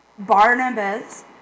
Barnabas